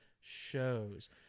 shows